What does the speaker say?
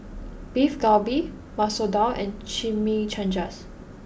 Beef Galbi Masoor Dal and Chimichangas